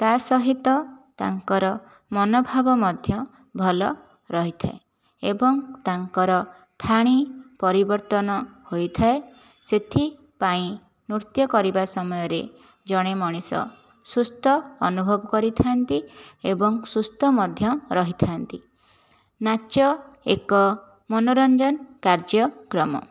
ତା' ସହିତ ତାଙ୍କର ମନୋଭାବ ମଧ୍ୟ ଭଲ ରହିଥାଏ ଏବଂ ତାଙ୍କର ଠାଣି ପରିବର୍ତ୍ତନ ହୋଇଥାଏ ସେଥିପାଇଁ ନୃତ୍ୟ କରିବା ସମୟରେ ଜଣେ ମଣିଷ ସୁସ୍ଥ ଅନୁଭବ କରିଥାନ୍ତି ଏବଂ ସୁସ୍ଥ ମଧ୍ୟ ରହିଥାନ୍ତି ନାଚ ଏକ ମନୋରଞ୍ଜନ କାର୍ଯ୍ୟକ୍ରମ